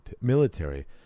military